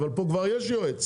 אבל פה כבר יש יועץ,